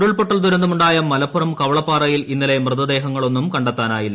ഉരുൾപൊട്ടൽ ദുരന്തം ഉണ്ടായ മലപ്പുറം കവളപ്പാറയിൽ ഇന്നലെ മൃതദേഹങ്ങളൊന്നും കണ്ടെത്താനായില്ല